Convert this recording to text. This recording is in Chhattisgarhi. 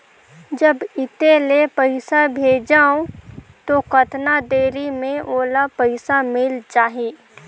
जब इत्ते ले पइसा भेजवं तो कतना देरी मे ओला पइसा मिल जाही?